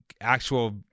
actual